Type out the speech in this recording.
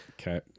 Okay